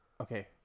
Okay